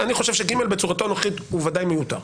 אני חושב ש-(ג) בצורתו הנוכחית הוא בוודאי מיותר.